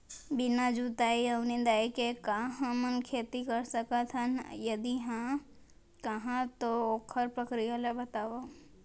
बिना जुताई अऊ निंदाई के का हमन खेती कर सकथन, यदि कहाँ तो ओखर प्रक्रिया ला बतावव?